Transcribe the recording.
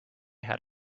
had